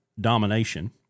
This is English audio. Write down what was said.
domination